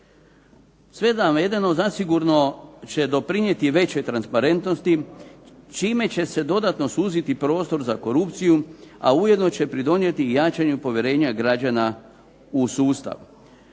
Sve navedeno zasigurno će doprinijeti većoj transparentnosti čime će se dodatno suziti prostor za korupciju a ujedno će pridonijeti i jačanju povjerenja građana u sustav.